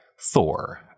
Thor